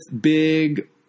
Big